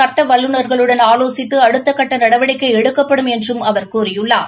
சட்ட வல்லுநர்களுடன் ஆலோசித்து அடுத்தகட்ட நடவடிக்கை எடுக்கப்படும் என்றும் அவர் கூறியுள்ளார்